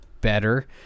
better